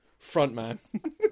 frontman